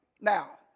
Now